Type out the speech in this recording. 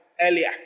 earlier